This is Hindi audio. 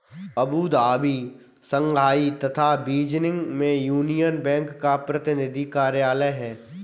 अबू धाबी, शंघाई तथा बीजिंग में यूनियन बैंक का प्रतिनिधि कार्यालय है?